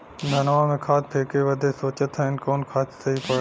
धनवा में खाद फेंके बदे सोचत हैन कवन खाद सही पड़े?